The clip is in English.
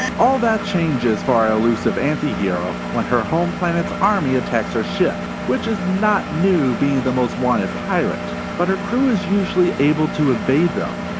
all that changes for our elusive antihero when her home planet's army attacks her ship. which is not new being the most wanted pirate, but her crew is usually able to evade them.